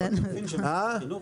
עוד לא קיבלתי את הניתוח, משרד החינוך